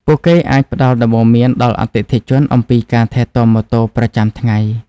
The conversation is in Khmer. ពួកគេអាចផ្តល់ដំបូន្មានដល់អតិថិជនអំពីការថែទាំម៉ូតូប្រចាំថ្ងៃ។